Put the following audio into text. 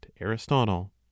Aristotle